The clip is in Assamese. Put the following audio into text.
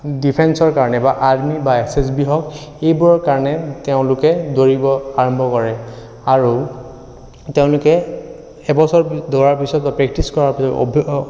ডিফেন্সৰ কাৰণে বা আৰ্মি বা এছ এছ বি হওক এইবোৰৰ কাৰণে তেওঁলোকে দৌৰিব আৰম্ভ কৰে আৰু তেওঁলোকে এবছৰ দৌৰাৰ পিছত বা প্ৰেক্টিছ কৰাৰ পিছত অভ্যাস